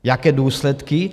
Jaké důsledky?